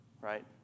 Right